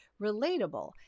relatable